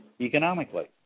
economically